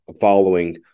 following